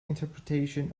interpretation